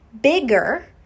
bigger